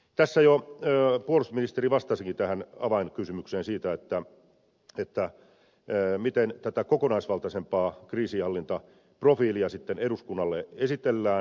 tässä jo puolustusministeri vastasikin tähän avainkysymykseen siitä miten tätä kokonaisvaltaisempaa kriisinhallintaprofiilia sitten eduskunnalle esitellään